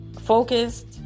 focused